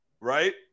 right